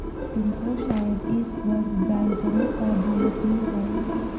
तुमको शायद इस वर्ष बैंकरों का बोनस मिल जाए